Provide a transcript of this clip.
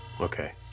Okay